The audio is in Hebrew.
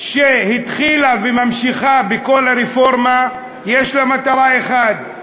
שהתחילה וממשיכה בכל הרפורמה יש לה מטרה אחת,